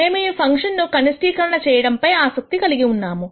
మేము ఈ ఫంక్షన్ ను కనిష్టీకరణ చేయడంపై ఆసక్తి కలిగి ఉన్నాము